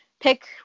pick